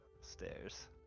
stairs